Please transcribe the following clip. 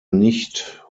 nicht